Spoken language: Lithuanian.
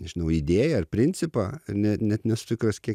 nežinau idėją ar principą net net nesu tikras kiek